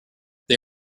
they